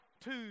two